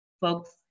folks